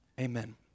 amen